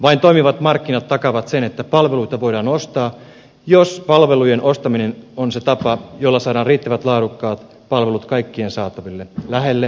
vain toimivat markkinat takaavat sen että palveluita voidaan ostaa jos palvelujen ostaminen on se tapa jolla saadaan riittävät laadukkaat palvelut kaikkien saataville lähelle ja kauas